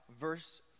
verse